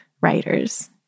writers